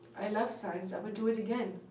i love science. i would do it again.